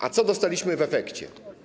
A co dostaliśmy w efekcie?